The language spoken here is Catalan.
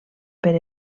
per